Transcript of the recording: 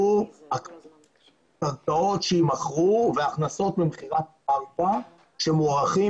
הוא הקרקעות שיימכרו וההכנסות ממכירת קרקע שמוערכים